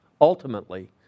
ultimately